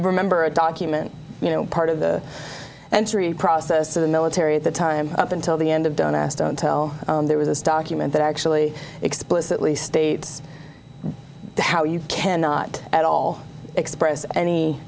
remember a document you know part of the entry process to the military at the time up until the end of don't ask don't tell there was this document that actually explicitly states how you can not at all express any